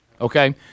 okay